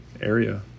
area